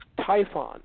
Typhon